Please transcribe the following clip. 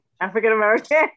African-American